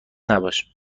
نباش